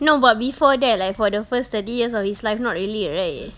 no but before that like for the first thirty years of his life not really right